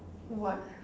what